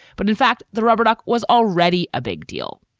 but in fact, the rubber duck was already a big deal.